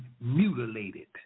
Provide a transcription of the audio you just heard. mutilated